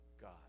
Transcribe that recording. God